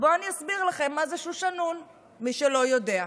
בואו אסביר לכם מה זה שושנון, מי שלא יודע.